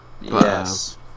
Yes